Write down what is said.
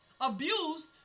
abused